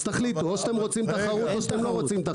אז תחליטו או שאתם רוצים תחרות או שאתם לא רוצים תחרות.